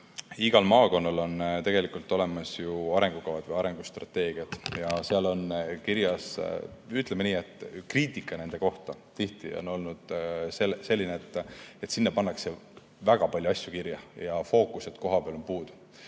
igal maakonnal on tegelikult olemas ju arengukavad või arengustrateegiad. Ja ütleme nii, et kriitika nende kohta tihti on olnud selline, et sinna pannakse väga palju asju kirja ja fookused kohapeal on puudu.